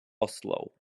oslo